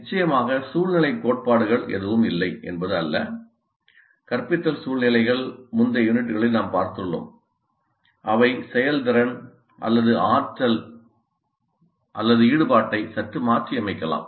நிச்சயமாக சூழ்நிலைக் கோட்பாடுகள் எதுவும் இல்லை என்பது அல்ல கற்பித்தல் சூழ்நிலைகள் முந்தைய யூனிட்டுகளில் நாம் பார்த்துள்ளோம் அவை செயல்திறன் அல்லது ஆற்றல் அல்லது ஈடுபாட்டை சற்று மாற்றியமைக்கலாம்